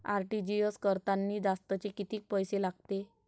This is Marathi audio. आर.टी.जी.एस करतांनी जास्तचे कितीक पैसे लागते?